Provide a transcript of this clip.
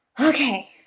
Okay